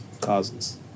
Causes